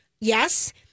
Yes